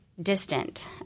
distant